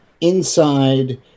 inside